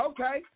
Okay